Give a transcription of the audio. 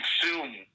consume